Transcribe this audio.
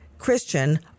Christian